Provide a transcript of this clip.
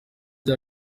bya